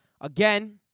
Again